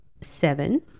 seven